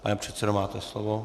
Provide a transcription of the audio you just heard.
Pane předsedo, máte slovo.